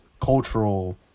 cultural